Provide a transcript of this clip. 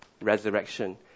resurrection